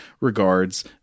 Regards